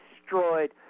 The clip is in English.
destroyed